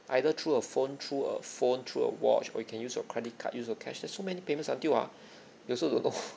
either through a phone through a phone through a watch or you can use your credit card use a cashless so many payments until ah you also don't know